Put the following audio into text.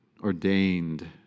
ordained